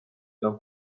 enam